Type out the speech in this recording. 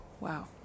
Wow